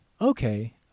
okay